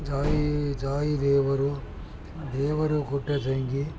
ಜಾಯೀ ಜಾಯಿ ದೇವರು ದೇವರು ಕೊಟ್ಟ ತಂಗಿ